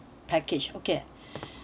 package okay